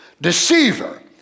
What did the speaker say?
deceiver